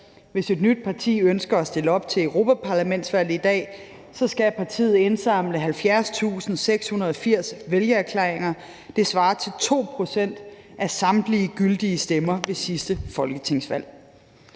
Hvis et nyt parti ønsker at stille op til europaparlamentsvalget i dag, skal partiet indsamle 70.680 vælgererklæringer. Det svarer til 2 pct. af samtlige gyldige stemmer ved sidste folketingsvalg.